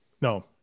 no